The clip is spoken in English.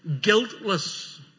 guiltless